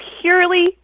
purely